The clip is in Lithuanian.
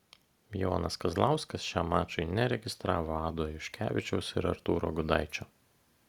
jonas kazlauskas šiam mačui neregistravo ado juškevičiaus ir artūro gudaičio